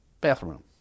bathroom